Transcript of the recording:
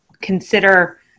consider